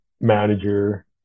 manager